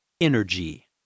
energy